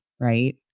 right